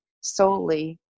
solely